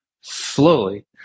slowly